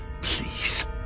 Please